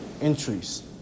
entries